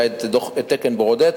היה תקן ברודט,